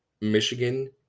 Michigan